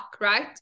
right